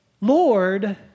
Lord